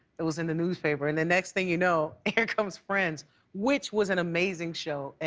it was in the newspaper. and the next thing you know, here comes friends which was an amazing show.